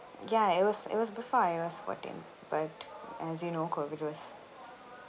ya it was it was before I_O_S fourteen but as you know COVID was